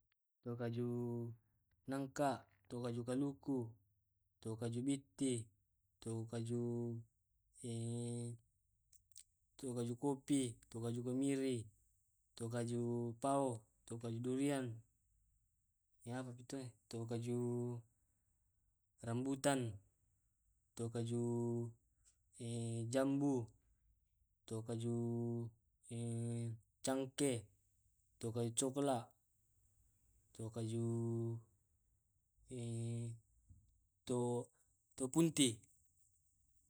To kaju nangka, to kaju kaluku, to kaju bitti, to kaju to kaju kopi, to kaju kemiri, to kaju pao, to kaju durian, to kaju rambutan, to kaju jambu, to kaju cangke, to kaju cokla, to kaju to to pulti.